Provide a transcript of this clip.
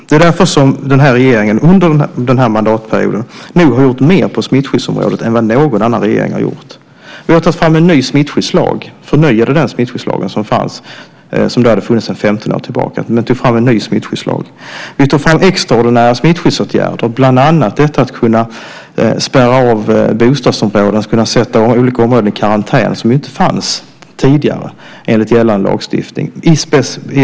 Det är därför som den här regeringen under den här mandatperioden nog har gjort mer på smittskyddsområdet än vad någon annan regering har gjort. Vi har tagit fram en ny smittskyddslag. Vi förnyade den smittskyddslag som hade funnits sedan 15 år tillbaka. Vi tog fram extraordinära smittskyddsåtgärder, bland annat detta att kunna spärra av bostadsområden och sätta olika områden i karantän i speciella krissituationer. Det fanns inte tidigare enligt gällande lagstiftning.